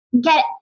get